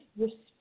respect